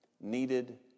needed